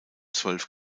zwölf